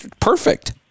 perfect